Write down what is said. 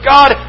God